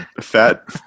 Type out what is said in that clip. fat